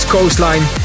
Coastline